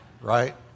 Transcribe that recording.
Right